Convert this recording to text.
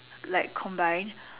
like combined